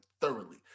thoroughly